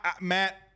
Matt